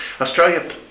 Australia